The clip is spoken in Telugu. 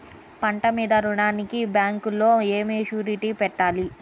పంట మీద రుణానికి బ్యాంకులో ఏమి షూరిటీ పెట్టాలి?